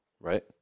right